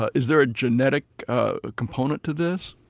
ah is there a genetic ah component to this?